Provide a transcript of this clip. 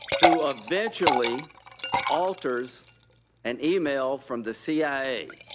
who eventually alters an email from the c i a.